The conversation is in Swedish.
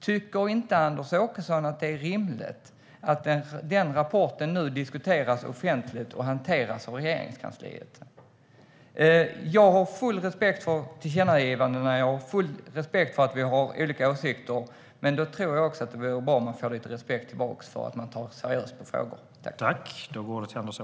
Tycker inte Anders Åkesson att det är rimligt att den rapporten nu diskuteras offentligt och hanteras av Regeringskansliet? Jag har full respekt för att vi har olika åsikter, men jag tycker också att man bör få lite respekt tillbaka för att man tar seriöst på frågorna.